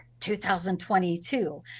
2022